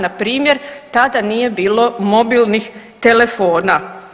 Npr. tada nije bilo mobilnih telefona.